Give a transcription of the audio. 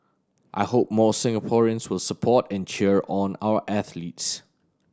I hope more Singaporeans will support and cheer on our athletes